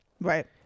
Right